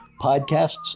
podcasts